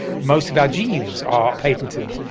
most of our genes are patented.